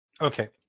Okay